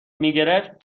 میگرفت